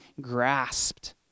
grasped